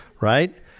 right